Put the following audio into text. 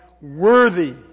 Worthy